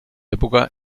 època